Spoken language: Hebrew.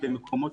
בנוסף,